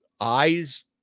eyes